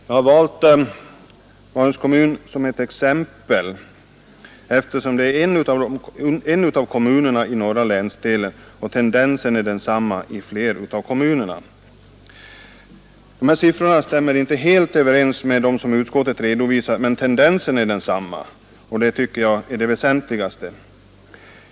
Jag har valt Malungs kommun som exempel, eftersom det är en av kommunerna i norra länsdelen. Tendensen är densamma i fler kommuner. Dessa siffror stämmer inte helt överens med dem som utskottet redovisar, men tendensen är densamma, och det tycker jag är det väsentligaste.